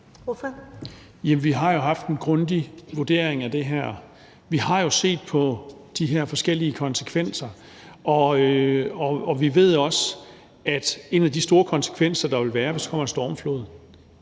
(S): Jamen vi har jo haft en grundig vurdering af det her. Vi har jo set på de her forskellige konsekvenser, og vi ved også, at en af de store konsekvenser, der vil være, hvis der kommer en stormflod,